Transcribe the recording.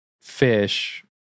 fish